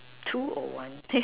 two or one